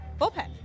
bullpen